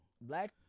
Black